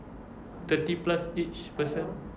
thirty plus each person